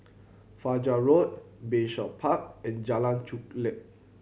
Fajar Road Bayshore Park and Jalan Chulek